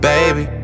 Baby